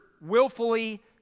willfully